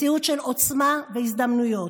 מציאות של עוצמה והזדמנויות.